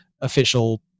official